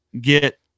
get